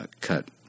cut